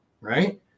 right